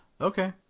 okay